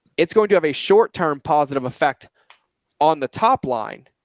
it's going to have a short-term positive effect on the top line,